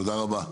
תודה רבה.